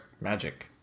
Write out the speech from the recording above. Magic